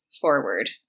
forward